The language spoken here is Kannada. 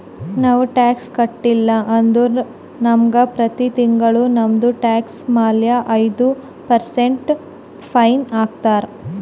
ನಾವು ಟ್ಯಾಕ್ಸ್ ಕಟ್ಟಿಲ್ಲ ಅಂದುರ್ ನಮುಗ ಪ್ರತಿ ತಿಂಗುಳ ನಮ್ದು ಟ್ಯಾಕ್ಸ್ ಮ್ಯಾಲ ಐಯ್ದ ಪರ್ಸೆಂಟ್ ಫೈನ್ ಹಾಕ್ತಾರ್